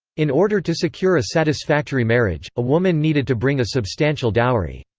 in order to secure a satisfactory marriage, a woman needed to bring a substantial dowry.